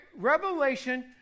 Revelation